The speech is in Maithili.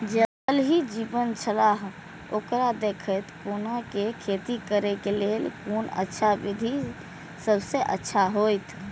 ज़ल ही जीवन छलाह ओकरा देखैत कोना के खेती करे के लेल कोन अच्छा विधि सबसँ अच्छा होयत?